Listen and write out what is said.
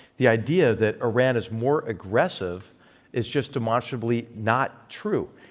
the idea that iran is more aggressive is just demonstrably not true.